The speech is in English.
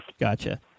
gotcha